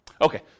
Okay